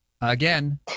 again